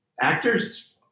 actors